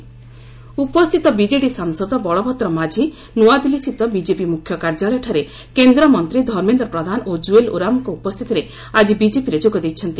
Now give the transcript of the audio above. BJP Majhi ଉପସ୍ଥିତ BJD ସାଂସଦ ବଳଭଦ୍ର ମାଝି ନୂଆଦିଲ୍ଲୀସ୍ଥିତ ବିଜେପି ମୁଖ୍ୟକାର୍ଯ୍ୟାଳୟଠାରେ କେନ୍ଦ୍ରମନ୍ତ୍ରୀ ଧର୍ମେନ୍ଦ୍ର ପ୍ରଧାନ ଓ କୁଏଲ ଓରାମଙ୍କ ଉପସ୍ଥିତିରେ ଆଜି ବିଜେପିରେ ଯୋଗଦେଇଛନ୍ତି